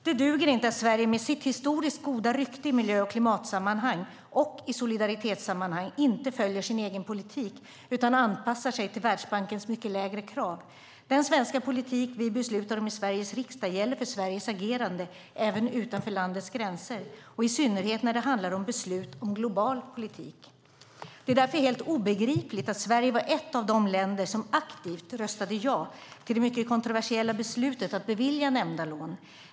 Det duger inte att Sverige med sitt historiskt goda rykte i miljö och klimatsammanhang och i solidaritetssammanhang inte följer sin egen politik utan anpassar sig till Världsbankens mycket lägre krav. Den svenska politik vi beslutar om i Sveriges riksdag gäller för Sveriges agerande även utanför landets gränser, i synnerhet när det handlar om beslut om global politik. Det är därför helt obegripligt att Sverige var ett av de länder som aktivt röstade ja till det mycket kontroversiella beslutet att bevilja nämnda lån.